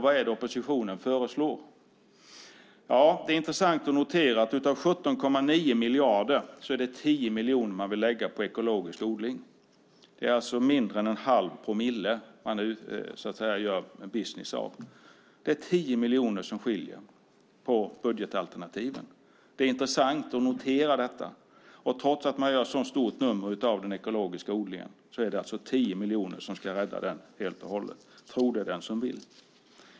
Vad är det oppositionen föreslår? Det är intressant att notera att av 17,9 miljarder vill man lägga 10 miljoner på ekologisk odling. Det är alltså mindre än en halv promille som man gör business av. Det är 10 miljoner som skiljer mellan budgetalternativen. Det är intressant att notera. Trots att man gör så stort nummer av den ekologiska odlingen är det 10 miljoner som ska rädda den. Tro det, den som vill.